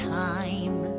time